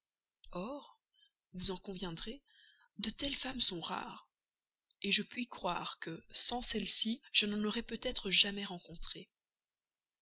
vous en conviendrez de telles femmes sont rares je puis croire que sans celle-ci je n'en aurais peut-être jamais rencontré